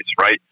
right